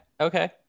okay